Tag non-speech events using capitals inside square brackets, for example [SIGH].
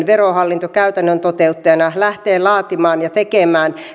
[UNINTELLIGIBLE] verohallinto käytännön toteuttajana lähtee laatimaan ja tekemään